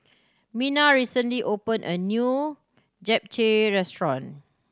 Mena recently opened a new Japchae Restaurant